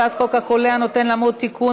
הצעת חוק החולה הנוטה למות (תיקון,